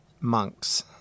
monks